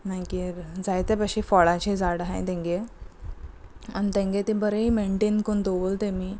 मागीर जाय ते फळांची झाड हाय तेंगे आनी तेंगे ते बरे मेनटेन करून दवरले तेमी